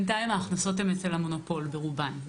בינתיים ההכנסות הן אצל המונופול ברובן,